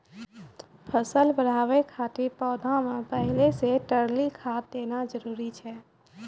फसल बढ़ाबै खातिर पौधा मे पहिले से तरली खाद देना जरूरी छै?